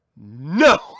No